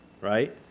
right